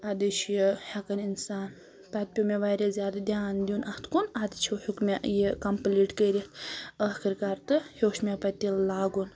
اَدٕ چھُ یہِ ہیٚکان اِنسان پَتہٕ پیٚو مےٚ واریاہ زیادٕ دیان دیُن اَتھ کُن اَدٕ چھُ ہیٚوک مےٚ یہِ کَمپٕلیٖٹ کٔرِتھ ٲخٕرکَار تہٕ ہیٚوچھ مےٚ پَتہٕ تِلہٕ لاگُن